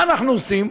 מה אנחנו עושים?